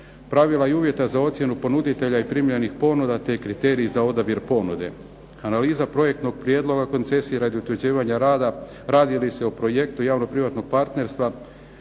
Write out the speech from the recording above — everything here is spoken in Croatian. pravila i uvjeta za ocjenu ponuditelja i primljenih ponuda, te kriterij za odabir ponude, analiza projektnog prijedloga koncesije radi utvrđivanja rada radi li se o projektu javno-privatnog partnerstva